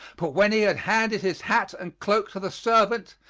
but when he had handed his hat and cloak to the servant,